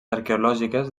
arqueològiques